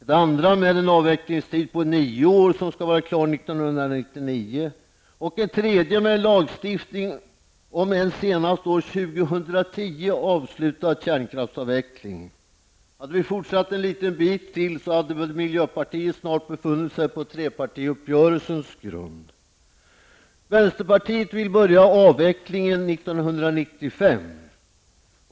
Det andra med en avvecklingstid på nio år som skall vara klar 1999, och ett tredje med en lagstiftning om en senast år 2010 avslutad kärnkraftsavveckling. Hade vi fortsatt en liten bit till, hade väl miljöpartiet snart befunnit sig på trepartiuppgörelsens grund. Vänsterpartiet vill börja avvecklingen 1995.